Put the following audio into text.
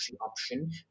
option